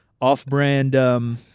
off-brand